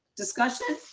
discussion.